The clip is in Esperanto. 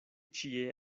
ĉie